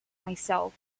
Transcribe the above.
myself